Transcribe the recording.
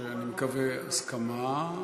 מקווה שיש הסכמה.